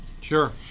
Sure